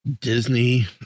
Disney